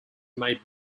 made